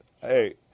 Hey